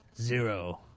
Zero